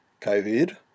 covid